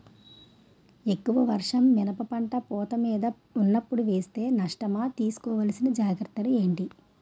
ఎక్కువ వర్షం మిరప పంట పూత మీద వున్నపుడు వేస్తే నష్టమా? తీస్కో వలసిన జాగ్రత్తలు ఏంటి?